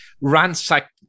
ransack